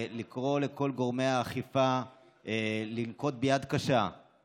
לקרוא לכל גורמי האכיפה לנקוט יד קשה,